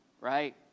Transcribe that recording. right